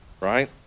right